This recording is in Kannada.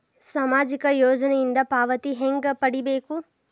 ಸಾಮಾಜಿಕ ಯೋಜನಿಯಿಂದ ಪಾವತಿ ಹೆಂಗ್ ಪಡಿಬೇಕು?